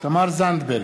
תמר זנדברג,